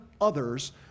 others